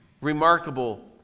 remarkable